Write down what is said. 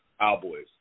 Cowboys